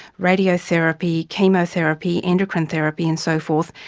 radiotherapy, chemotherapy, endocrine therapy and so forth,